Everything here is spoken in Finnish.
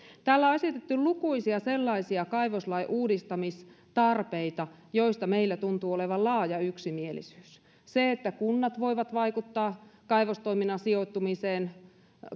täällä on esitetty lukuisia sellaisia kaivoslain uudistamistarpeita joista meillä tuntuu olevan laaja yksimielisyys se että kunnat voivat vaikuttaa kaivostoiminnan sijoittumiseen